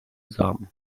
samen